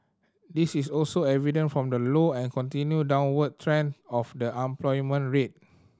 this is also evident from the low and continued downward trend of the unemployment rate